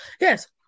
yes